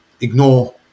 ignore